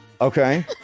Okay